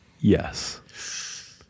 yes